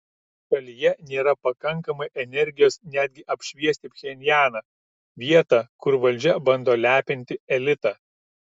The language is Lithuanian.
šalyje nėra pakankamai energijos netgi apšviesti pchenjaną vietą kur valdžia bando lepinti elitą